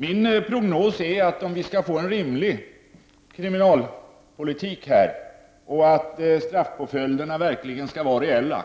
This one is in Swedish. Min prognos är att om vi skall få en rimlig kriminalpolitik och straffpåföljderna blir reella,